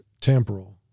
temporal